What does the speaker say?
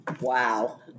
Wow